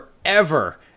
forever